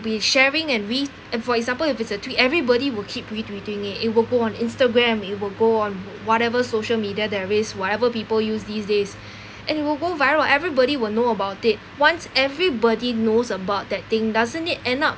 be sharing and re~ and for example if it's a tweet everybody will keep retweeting it it will go on instagram it will go on whatever social media there is whatever people use these days and it will go viral everybody will know about it once everybody knows about that thing doesn't it end up